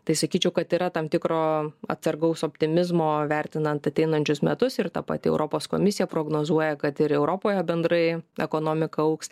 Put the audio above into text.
tai sakyčiau kad yra tam tikro atsargaus optimizmo vertinant ateinančius metus ir ta pati europos komisija prognozuoja kad ir europoje bendrai ekonomika augs